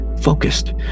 focused